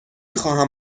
خواهم